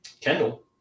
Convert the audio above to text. Kendall